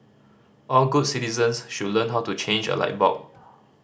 all good citizens should learn how to change a light bulb